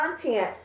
content